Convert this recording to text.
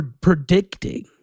predicting